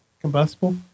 combustible